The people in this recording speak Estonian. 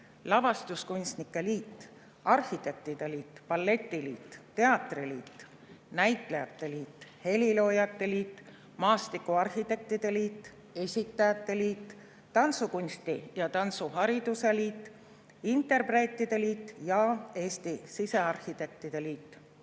lavastuskunstnike liit, arhitektide liit, balletiliit, teatriliit, näitlejate liit, heliloojate liit, maastikuarhitektide liit, esitajate liit, tantsukunsti ja tantsuhariduse liit, interpreetide liit ja sisearhitektide liit.